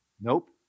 Nope